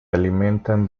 alimentan